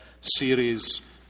series